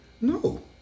No